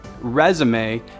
resume